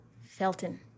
Felton